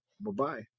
Bye-bye